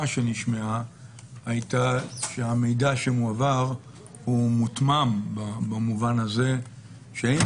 שנשמעה הייתה שהמידע שמועבר הוא מותמם במובן הזה שאין